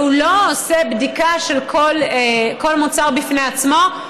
והוא לא עושה בדיקה של כל מוצר בפני עצמו.